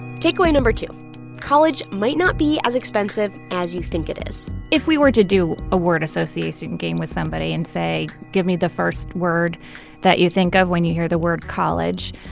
takeaway no. two college might not be as expensive as you think it is if we were to do a word association game with somebody and say, give me the first word that you think of when you hear the word college,